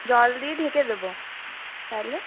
জল দিয়ে ঢেকে দেবো তাহলে